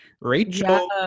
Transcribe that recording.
Rachel